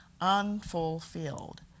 unfulfilled